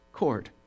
court